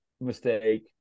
mistake